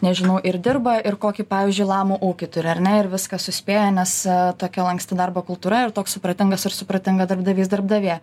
nežinau ir dirba ir kokį pavyzdžiui lamų ūkį turi ar ne ir viską suspėja nes tokia lanksti darbo kultūra ir toks supratingas ar supratinga darbdavys darbdavė